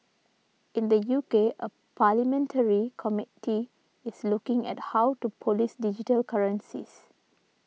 in the U K a parliamentary committee is looking at how to police digital currencies